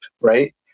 right